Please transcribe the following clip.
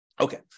Okay